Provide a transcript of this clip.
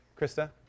Krista